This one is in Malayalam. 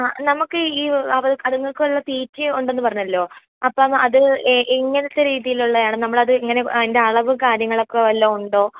ആ നമുക്ക് ഈ അതങ്ങൾക്കുള്ള തീറ്റ ഉണ്ട് എന്ന് പറഞ്ഞാലോ അപ്പോൾ അത് എങ്ങനത്തെ രീതിലുള്ളതാണ് അത് എങ്ങനെ അളവും കാര്യങ്ങളും ഒക്കെ വല്ലതും ഉണ്ടോ